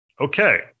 okay